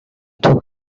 talk